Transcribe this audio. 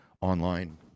online